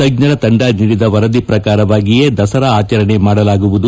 ತಜ್ಞರ ತಂಡ ನೀಡಿದ ವರದಿ ಪ್ರಕಾರವಾಗಿಯೇ ದಸರಾ ಆಚರಣೆ ಮಾಡಲಾಗುವುದು